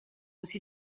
aussi